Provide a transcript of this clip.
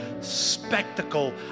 spectacle